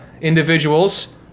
individuals